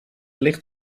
licht